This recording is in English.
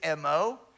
MO